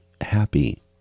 happy